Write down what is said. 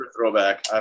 throwback